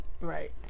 right